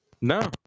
No